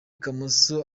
kamoso